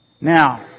Now